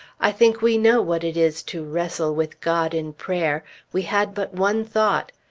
i think we know what it is to wrestle with god in prayer we had but one thought.